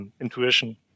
intuition